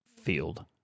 field